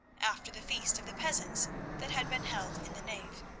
after the feast of the peasants that had been held in the nave.